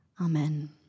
Amen